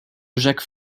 jacques